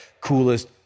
coolest